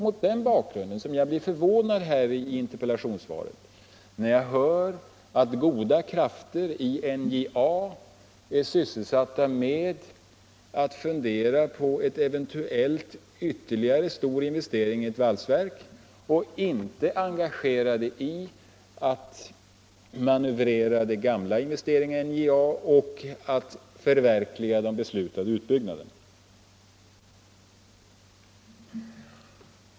Mot den bakgrunden blir jag förvånad när jag hör att goda krafter i NJA är sysselsatta med att fundera på eventuellt ytterligare en stor investering i ett valsverk i stället för att manövrera de gamla investeringarna i NJA och förverkliga de beslutade utbyggnaderna.